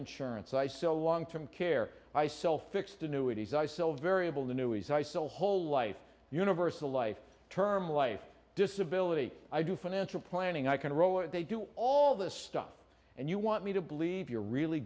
insurance i sell long term care i sell fixed annuities i sell variable annuities i sell whole life universal life term life disability i do financial planning i can roll it they do all this stuff and you want me to believe you're really